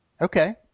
Okay